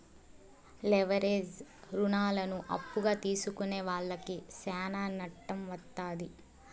leverage రుణాలను అప్పుగా తీసుకునే వాళ్లకి శ్యానా నట్టం వత్తాది